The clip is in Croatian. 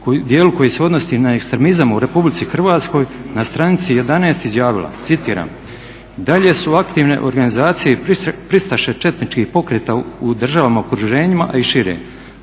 djelu koji se odnosi na ekstremizam u RH na stranici 11.izjavila citiram "I dalje su aktivne organizacije i pristaše četničkih pokreta u državama u okruženju a i šire,